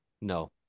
No